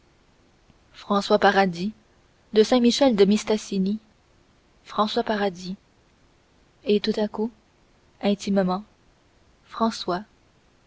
françois paradis de saint michel de mistassini françois paradis et tout à coup intimement françois